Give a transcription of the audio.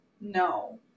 No